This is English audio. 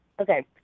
Okay